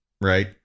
right